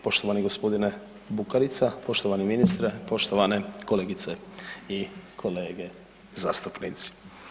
Poštovani gospodine Bukarica, poštovani ministre, poštovane kolegice i kolege zastupnici.